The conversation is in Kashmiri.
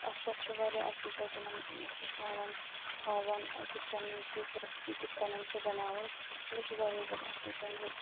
اَتھ پٮ۪ٹھ چھُ واریاہ اصل پٲٹھۍ یِم ہیچھناوان ہاوان کِتھ کَنۍ کُس ریسِپی کِتھ کَنۍ چھِ بناوٕنۍ یہِ چھِ واریاہ زیادٕ اصل چَنل